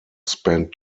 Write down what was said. spent